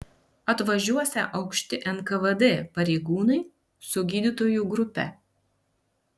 atvažiuosią aukšti nkvd pareigūnai su gydytojų grupe